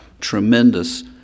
tremendous